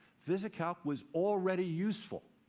visicalc was already useful.